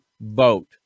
vote